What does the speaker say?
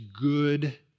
good